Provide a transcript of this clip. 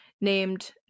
named